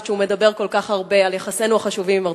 שהוא מדבר כל כך הרבה על יחסינו החשובים עם ארצות-הברית.